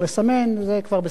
זה כבר בסמכותו של